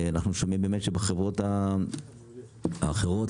אנחנו שומעים שבחברות האחרות,